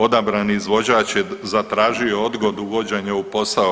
Odabrani izvođač je zatražio odgodu uvođenja u posao.